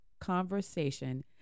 conversation